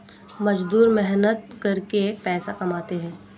मजदूर मेहनत करके पैसा कमाते है